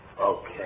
Okay